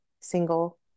single